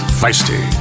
feisty